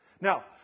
Now